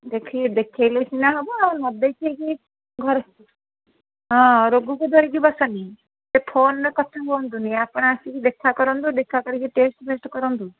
ଦେଖେ ଦେଖେଇଲେ ସିନା ହେବ ଆଉ ନ ଦେଖାଇ କି ଘରେ ହଁ ରୋଗକୁ ଧରିକି ବସନି ସେ ଫୋନ୍ରେ କଥା ହୁଅନ୍ତୁନି ଆପଣ ଆସିକି ଦେଖା କରନ୍ତୁ ଦେଖା କରିକି ଟେଷ୍ଟ ଫେଷ୍ଟ୍ କରାନ୍ତୁ